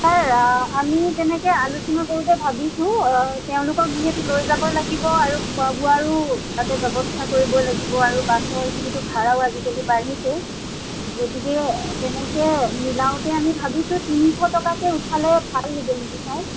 sir আমি তেনেকৈ আলোচনা কৰোঁতে ভাবিছোঁ তেওঁলোকক যিহেতু লৈ যাব লাগিব আৰু খোৱা বোৱাৰো তাতে ব্য়ৱস্থা কৰিব লাগিব আৰু বাছৰ যিহেতু ভাড়াও আজিকালি বাঢ়িছে গতিকে তেনেকৈ মিলাওঁতে আমি ভাবিছোঁ তিনিশ টকাকে উঠালেও ভাল হ'ব নেকি ছাৰ